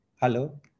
hello